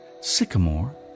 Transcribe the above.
sycamore